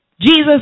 Jesus